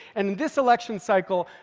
and in this election cycle,